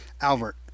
Albert